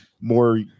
more